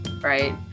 right